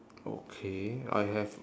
okay I have